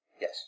Yes